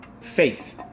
faith